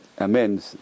amen